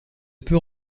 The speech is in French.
peut